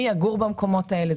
מי יגור במקומות האלה.